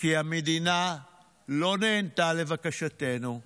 כי המדינה לא נענתה לבקשתנו.